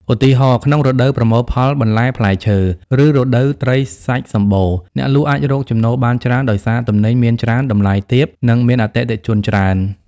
ឧទាហរណ៍ ក្នុងរដូវប្រមូលផលបន្លែផ្លែឈើ ឬរដូវត្រីសាច់សំបូរ អ្នកលក់អាចរកចំណូលបានច្រើនដោយសារទំនិញមានច្រើន តម្លៃទាប និងមានអតិថិជនច្រើន។